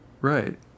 right